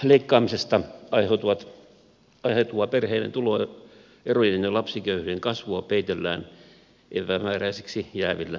lapsilisien leikkaamisesta aiheutuvaa perheiden tuloerojen ja lapsiköyhyyden kasvua peitellään epämääräisiksi jäävillä verolupauksilla